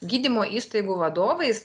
gydymo įstaigų vadovais